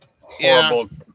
horrible